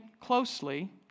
closely